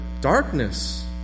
darkness